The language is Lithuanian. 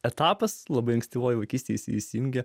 etapas labai ankstyvoje vaikystėje įsijungia